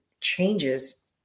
changes